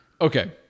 Okay